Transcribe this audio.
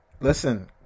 listen